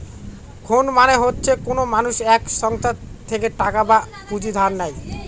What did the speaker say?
ঋণ মানে হচ্ছে কোনো মানুষ এক সংস্থা থেকে টাকা বা পুঁজি ধার নেয়